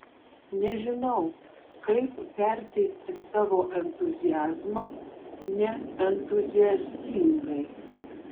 nežinau kaip perteikti savo entuziazmą neentuziastingai